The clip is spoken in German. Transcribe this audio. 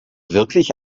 wirklich